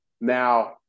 now